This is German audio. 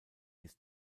ist